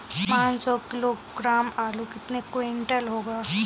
पाँच सौ किलोग्राम आलू कितने क्विंटल होगा?